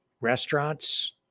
restaurants